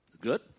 Good